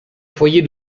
foyer